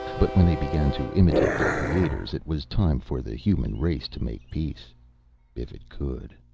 but when they began to imitate their creators, it was time for the human race to make peace if it could!